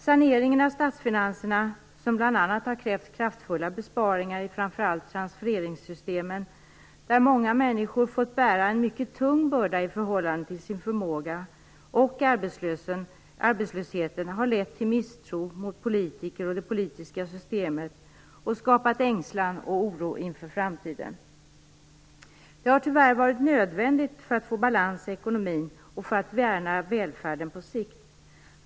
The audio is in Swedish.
Saneringen av statsfinanserna - som bl.a. har krävt kraftfulla besparingar i framför allt transfereringssystemen där många människor har fått bära en mycket tung börda i förhållande till sin förmåga - och arbetslösheten har lett till misstro mot politiker och det politiska systemet och skapat ängslan och oro inför framtiden. Det har tyvärr varit nödvändigt för att få balans i ekonomin och för att värna välfärden på sikt.